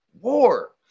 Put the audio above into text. war